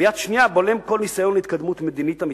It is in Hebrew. וביד השנייה בולם כל ניסיון להתקדמות מדינית אמיתית.